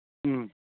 ꯎꯝ